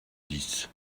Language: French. dix